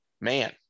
man